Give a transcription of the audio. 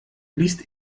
liest